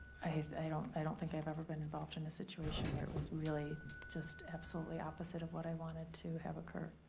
i don't i don't think i've ever been involved in a situation where it was really just absolutely opposite of what i wanted to have occur.